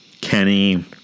Kenny